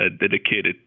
dedicated